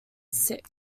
sick